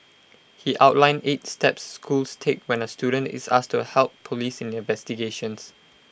he outlined eight steps schools take when A student is asked to help Police in investigations